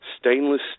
stainless